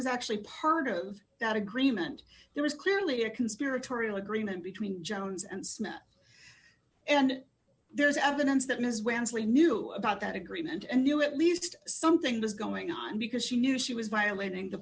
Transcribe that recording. was actually part of that agreement there was clearly a conspiratorial agreement between jones and smith and there's evidence that ms wensley knew about that agreement and knew at least something was going on because she knew she was violating the